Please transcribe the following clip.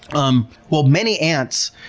um well, many ants,